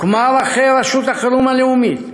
הוקמה רח"ל, רשות החירום הלאומית,